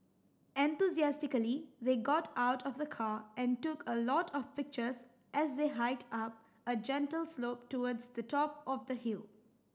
enthusiastically they got out of the car and took a lot of pictures as they hiked up a gentle slope towards the top of the hill